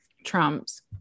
trumps